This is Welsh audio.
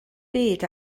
byd